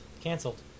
Cancelled